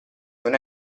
non